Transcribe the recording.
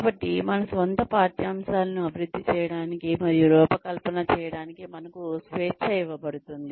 కాబట్టి మన స్వంత పాఠ్యాంశాలను అభివృద్ధి చేయడానికి మరియు రూపకల్పన చేయడానికి మనకు స్వేచ్ఛ ఇవ్వబడుతుంది